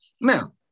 Now